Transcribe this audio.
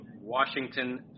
Washington